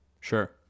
Sure